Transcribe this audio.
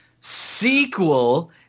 sequel